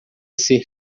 ser